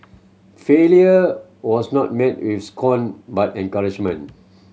failure was not met with scorn but encouragement